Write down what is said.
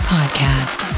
Podcast